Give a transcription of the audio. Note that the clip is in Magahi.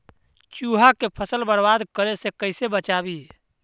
चुहा के फसल बर्बाद करे से कैसे बचाबी?